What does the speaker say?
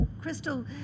crystal